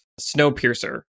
Snowpiercer